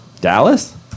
Dallas